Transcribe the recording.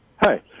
Hi